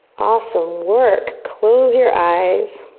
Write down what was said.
awesome work. close your eyes.